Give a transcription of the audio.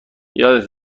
یادت